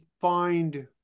find